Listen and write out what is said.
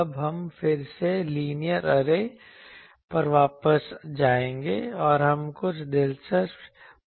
अब हम फिर से लीनियर ऐरे पर वापस जाएंगे और हम कुछ दिलचस्प परिणाम देखेंगे